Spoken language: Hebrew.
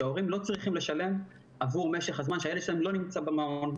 שההורים לא צריכים לשלם עבור משך הזמן שהילד שלהם לא נמצא במעון,